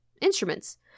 instruments